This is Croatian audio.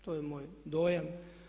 To je moj dojam.